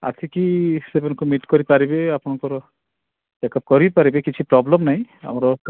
ଆସିକି ସେମାନଙ୍କୁ ମିଟ୍ କରିପାରିବେ ଆପଣଙ୍କର ଚେକ୍ଅପ କରେଇପାରିବେ କିଛି ପ୍ରୋବ୍ଲେମ୍ ନାହିଁ ଆମର